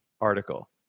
article